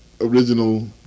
original